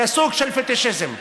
זה סוג של פטישיזם.